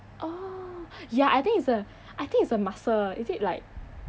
oh ya I think it's a I think it's a muscle is it like